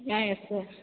ah yes sir